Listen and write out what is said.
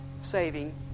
saving